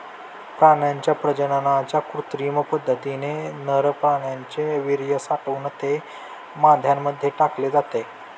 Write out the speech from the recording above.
प्राण्यांच्या प्रजननाच्या कृत्रिम पद्धतीने नर प्राण्याचे वीर्य साठवून ते माद्यांमध्ये टाकले जाते